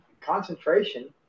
concentration